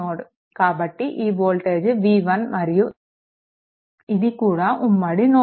కాబట్టి ఈ voltage v1 మరియు ఇది కూడా ఉమ్మడి నోడ్